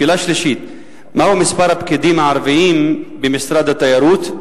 שאלה שלישית: מהו מספר הפקידים הערבים במשרד התיירות,